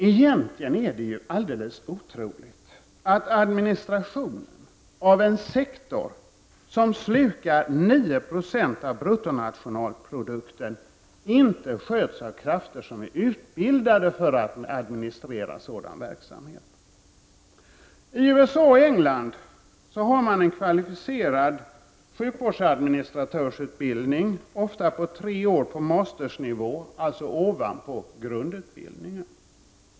Egentligen är det ju alldeles otroligt att administrationen av en sektor som slukar 9 90 av bruttonationalprodukten inte sköts av krafter som är utbildade för att administrera sådan verksamhet. I USA och England har man en kvalificerad sjukvårdsadministratörsutbildning, ofta på tre år på mastersnivå, dvs. ovanpå grundutbildningen.